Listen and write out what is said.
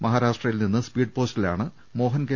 മഹാരാ ഷ്ട്രയിൽ നിന്ന് സ്പീഡ് പോസ്റ്റിലാണ് മോഹൻ കെ